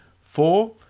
Four